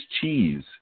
cheese